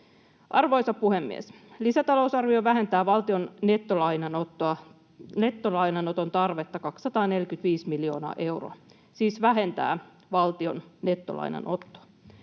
Arvoisa puhemies! Lisätalousarvio vähentää valtion nettolainanoton tarvetta 245 miljoonaa euroa, siis vähentää valtion nettolainanottoa.